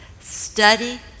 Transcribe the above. study